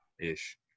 ish